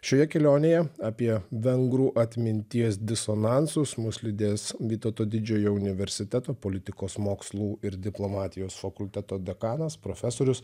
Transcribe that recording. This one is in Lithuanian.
šioje kelionėje apie vengrų atminties disonansus mus lydės vytauto didžiojo universiteto politikos mokslų ir diplomatijos fakulteto dekanas profesorius